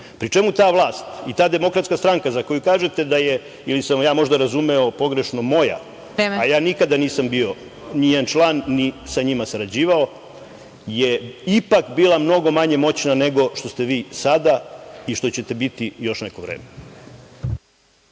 pri čemu ta vlast i ta Demokratska stranka za koju kažete da je ili sam ja možda razumeo pogrešno moja, a ja nikada nisam bio ni njen član, ni sa njima sarađivao, je ipak bila mnogo manje moćna nego što ste vi sada i što ćete biti još neko vreme.